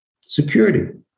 Security